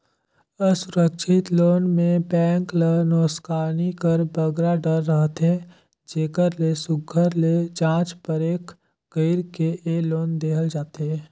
असुरक्छित लोन में बेंक ल नोसकानी कर बगरा डर रहथे जेकर ले सुग्घर ले जाँच परेख कइर के ए लोन देहल जाथे